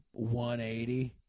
$180